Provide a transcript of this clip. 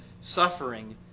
suffering